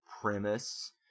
premise